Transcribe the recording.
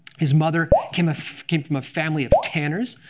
his mother came ah came from a family of tanners,